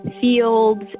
fields